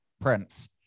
prince